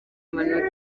amanota